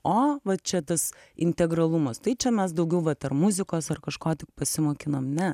o va čia tas integralumas tai čia mes daugiau vat ar muzikos ar kažko tai pasimokinom ne